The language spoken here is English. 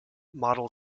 model